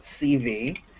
CV